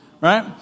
Right